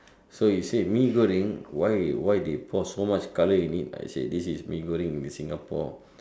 so he said Mee-Goreng why why they pour so much color in it I say this is Mee-Goreng in Singapore